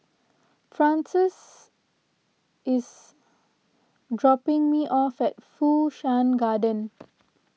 Frances is dropping me off at Fu Shan Garden